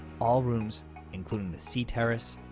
all rooms including the sea terrace,